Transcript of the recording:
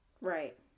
Right